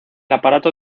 aparato